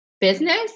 business